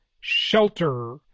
shelter